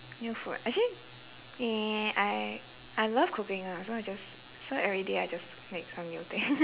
new food actually eh I I love cooking ah so I just so everyday I just make some new thing